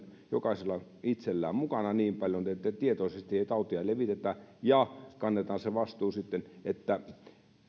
jokaisella itsellään on vastuunkantokykyä mukana niin paljon että tietoisesti ei tautia levitetä ja kannetaan se vastuu sitten